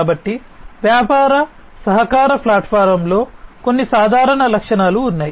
కాబట్టి వ్యాపార సహకార ప్లాట్ఫామ్లలో కొన్ని సాధారణ లక్షణాలు ఉన్నాయి